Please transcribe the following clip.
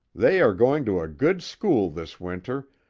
they are going to a good school this winter,